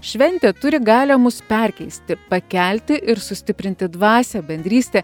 šventė turi galią mus perkeisti pakelti ir sustiprinti dvasią bendrystę